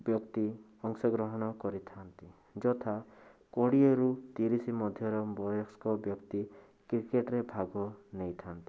ବ୍ୟକ୍ତି ଅଂଶଗ୍ରହଣ କରିଥାନ୍ତି ଯଥା କୋଡ଼ିଏ ରୁ ତିରିଶ ମଧ୍ୟର ବୟସ୍କ ବ୍ୟକ୍ତି କ୍ରିକେଟ ରେ ଭାଗ ନେଇଥାନ୍ତି